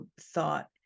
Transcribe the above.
thought